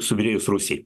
subyrėjus rusijai